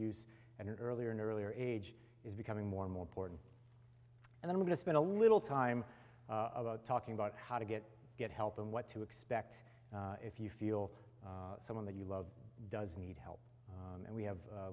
use and earlier an earlier age is becoming more and more important and i'm going to spend a little time about talking about how to get get help them what to expect if you feel someone that you love does need help and we have